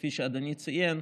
כפי שאדוני ציין,